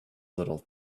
little